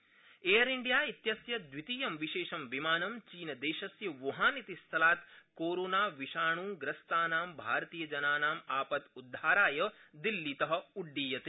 कोरोनाविषाणु Air India इत्यस्य द्वितीयं विशेषं विमानं चीनदेशस्य वुहान इति स्थलात् कोरोनाविषाण्य्रस्तानां भारतीयजनानामापद्द्वाराय दिल्लीत उड़डीयते